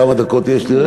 כמה דקות יש לי?